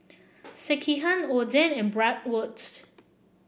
Sekihan Oden and Bratwurst